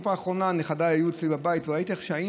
בתקופה האחרונה נכדיי היו אצלי בבית וראיתי באיזו קפדנות